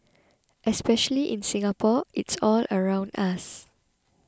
especially in Singapore it's all around us